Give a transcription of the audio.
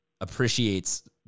appreciates